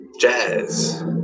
Jazz